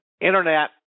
Internet